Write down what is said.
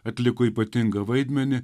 atliko ypatingą vaidmenį